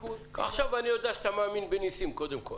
עכשיו אני יודע שאתה מאמין בניסים, קודם כול.